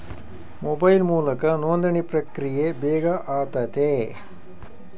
mobile ಮೂಲಕ ನೋಂದಣಿ ಪ್ರಕ್ರಿಯೆ ಬೇಗ ಆತತೆ